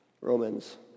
Romans